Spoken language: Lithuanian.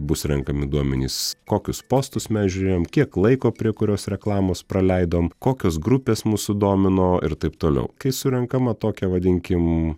bus renkami duomenys kokius postus mes žiūrėjom kiek laiko prie kurios reklamos praleidom kokios grupės mus sudomino ir taip toliau kai surenkama tokia vadinkim